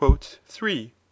three